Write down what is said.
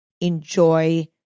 enjoy